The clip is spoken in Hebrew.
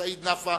סעיד נפאע,